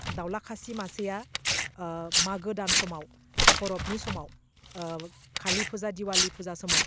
दाउला खासि मासेया माघो दान समाव फरबनि समाव खालि फुजा दिवालि फुजा समाव